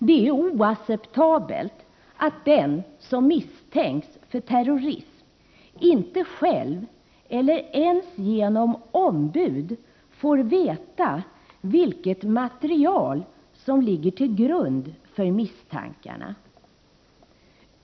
Det är oacceptabelt att den som misstänks för terrorism inte själv, eller ens genom ombud, får veta vilket material som ligger till grund för misstankarna.